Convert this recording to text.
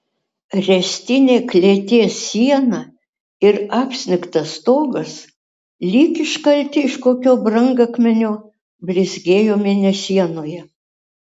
ręstinė klėties siena ir apsnigtas stogas lyg iškalti iš kokio brangakmenio blizgėjo mėnesienoje